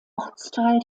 ortsteil